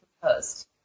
proposed